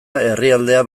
herrialdea